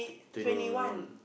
twenty one one one